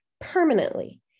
permanently